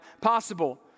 possible